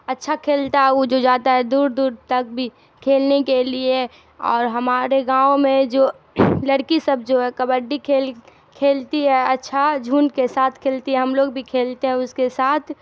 اچھا کھیلتا وہ جو جاتا ہے دور دور تک بھی کھیلنے کے لیے اور ہمارے گاؤں میں جو لڑکی سب جو ہے کبڈی کھیل کھیلتی ہے اچھا جھنڈ کے ساتھ کھیلتی ہے ہم لوگ بھی کھیلتے ہیں اس کے ساتھ